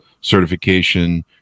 certification